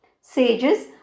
sages